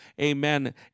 amen